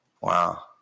Wow